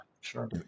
Sure